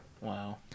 Wow